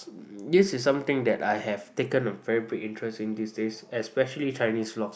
this is something that I have taken a very big interest in these days especially Chinese vlogs